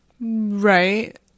Right